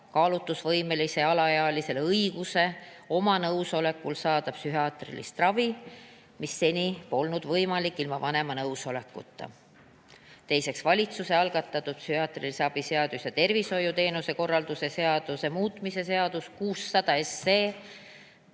kaalutlusvõimelisele alaealisele õiguse omal nõusolekul saada psühhiaatrilist ravi, mis seni polnud võimalik ilma vanema nõusolekuta. Teiseks, valitsuse algatatud psühhiaatrilise abi seaduse ja tervishoiuteenuste korraldamise seaduse muutmise seadus –